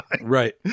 Right